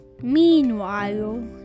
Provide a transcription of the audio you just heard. Meanwhile